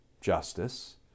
justice